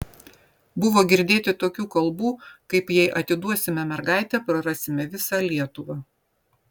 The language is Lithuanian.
buvo girdėti tokių kalbų kaip jei atiduosime mergaitę prarasime visą lietuvą